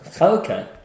Okay